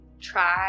try